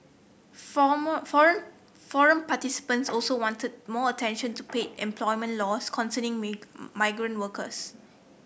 forum participants also wanted more attention to paid employment laws concerning migrant workers